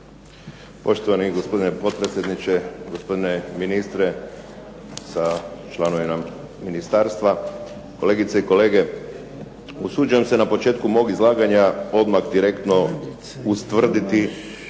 Poštovani gospodine potpredsjedniče, gospodine ministre sa članovima ministarstva, kolegice i kolege. Usuđujem se na početku mog izlaganja odmah direktno ustvrditi